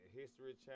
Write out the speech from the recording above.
History